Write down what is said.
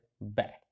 back